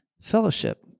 fellowship